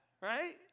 right